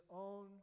own